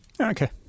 okay